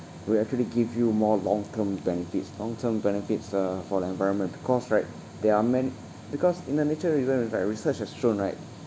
would actually give you more long term benefits long term benefits uh for the environment because right there are man~ because in the nature reserve it's like research has shown right